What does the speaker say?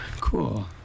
Cool